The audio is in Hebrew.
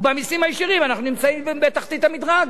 ובמסים הישירים אנחנו נמצאים בתחתית המדרג.